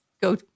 go